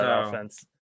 offense